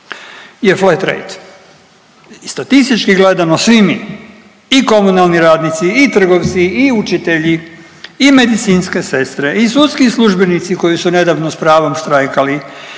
je flat trade. Statistički gledano svi mi i komunalni radnici i trgovci i učitelji i medicinske sestre i sudski službenici koji su nedavno s pravom štrajkali